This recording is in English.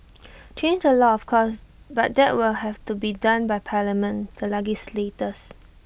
change the law of course but that will have to be done by parliament to legislators